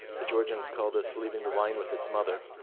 the georgians call this leaving the wine with its mother.